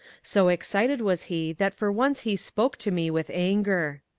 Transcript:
so excited was he that for once he spoke to me with anger.